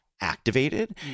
activated